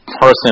person